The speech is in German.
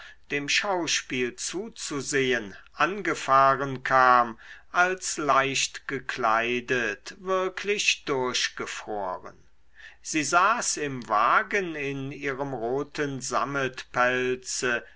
dem schauspiel zuzusehen angefahren kam als leichtgekleidet wirklich durchgefroren sie saß im wagen in ihrem roten